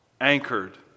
anchored